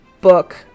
book